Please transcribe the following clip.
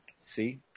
see